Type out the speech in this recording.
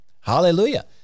Hallelujah